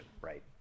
right